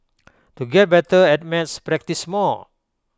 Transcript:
to get better at maths practise more